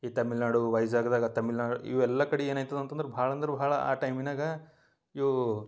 ಈ ತಮಿಳ್ನಾಡು ವೈಶಾಖದಾಗ ತಮಿಳ್ನಾಡು ಇವೆಲ್ಲ ಕಡೆ ಏನು ಆಯ್ತದ್ ಅಂತಂದ್ರೆ ಭಾಳ ಅಂದ್ರೆ ಭಾಳ ಆ ಟೈಮಿನಾಗ ಇವು